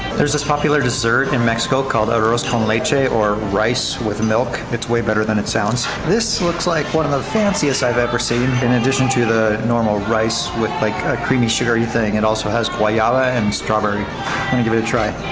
there's this popular dessert in mexico called arroz con leche or rice with milk, it's way better than it sounds. this looks like one of the fanciest i've ever seen in addition to the normal rice with like a creamy sugary thing. and also has guayaba and strawberry. let me give it a try.